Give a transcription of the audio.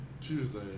Tuesday